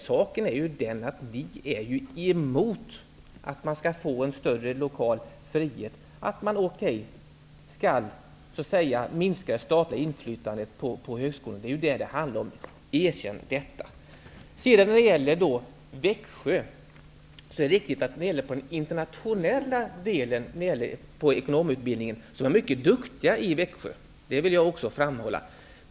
Saken är ju den att ni är emot en större lokal frihet och att man skall minska det statliga inflytandet över högskolan. Det är vad det handlar om. Erkänn detta! Det är riktigt att man Växjö i fråga om den internationella delen av ekonomutbildningen är mycket duktig, vilket jag också vill framhålla.